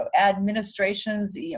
administrations